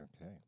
Okay